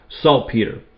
Saltpeter